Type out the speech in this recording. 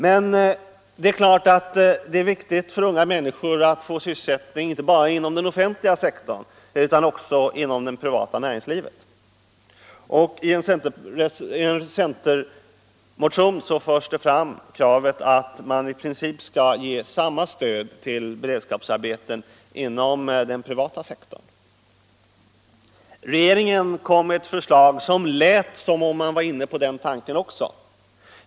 Men det är klart att det är viktigt för unga människor att få sysselsättning inte bara inom den offentliga sektorn utan också inom det privata näringslivet. I en centermotion framförs kravet att man i princip skall ge samma stöd till beredskapsarbeten inom den privata sektorn. Regeringen kom med ett förslag som lät som om man också var inne på den tanken.